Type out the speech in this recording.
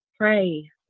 Pray